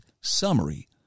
summary